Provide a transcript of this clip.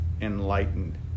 enlightened